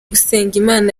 usengimana